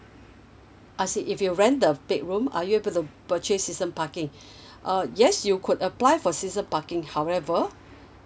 as in if you rent the bedroom are you able to purchase season parking uh yes you could apply for season parking however